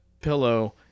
pillow